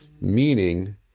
meaning